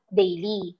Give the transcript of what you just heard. daily